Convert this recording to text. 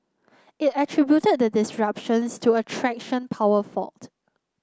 it attributed the disruptions to a traction power fault